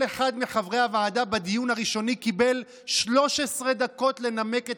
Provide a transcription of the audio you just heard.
כל אחד מחברי הוועדה קיבל 13 דקות לנמק את